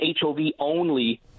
HOV-only